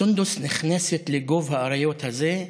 סונדוס נכנסת לגוב האריות הזה,